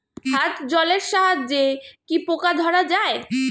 হাত জলের সাহায্যে কি পোকা ধরা যায়?